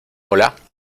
hola